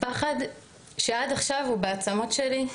פחד שעד עכשיו הוא בעצמות שלי,